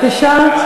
בבקשה.